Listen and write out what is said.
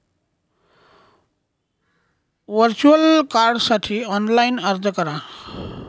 virtual कार्डसाठी online अर्ज करा